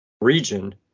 region